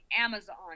amazon